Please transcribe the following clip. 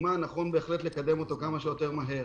ונכון בהחלט לקדם אותו כמה שיותר מהר.